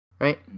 right